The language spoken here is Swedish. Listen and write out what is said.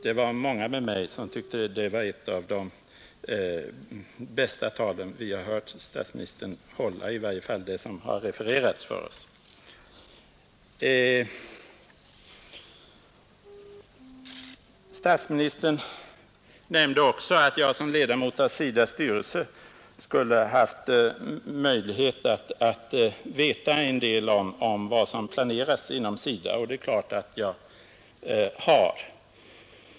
Det var många med mig som tyckte att det var ett av de bästa talen vi hört statsministern hålla — i varje fall det som refererats för oss. Statsministern nämnde också att jag som ledamot av SIDA:s styrelse skulle ha möjlighet att veta en del om vad som planerats inom SIDA. Det har jag naturligtvis.